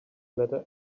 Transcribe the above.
letter